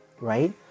right